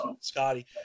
Scotty